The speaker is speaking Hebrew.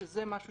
שזה משהו